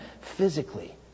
physically